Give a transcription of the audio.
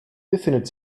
befindet